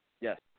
Yes